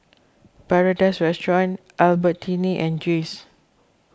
Paradise Restaurant Albertini and Jays